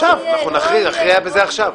אנחנו נכריע בזה עכשיו.